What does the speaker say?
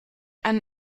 einen